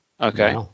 Okay